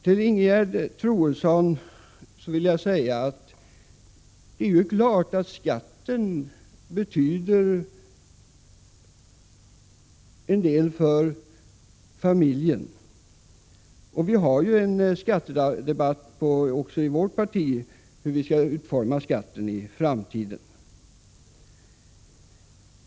Till Ingegerd Troedsson vill jag säga att det är klart att skatten betyder en del för familjen. Vi har en skattedebatt också i vårt parti, om hur vi skall utforma skatten i framtiden.